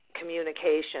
communication